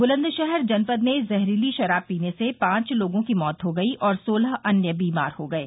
बुलंदशहर जनपद में जहरीली शराब पीने से पांच लोगों की मौत हो गयी और सोलह अन्य बीमार हो गये